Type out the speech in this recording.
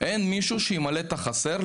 אין מישהו שימלא את החסר,